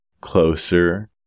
Closer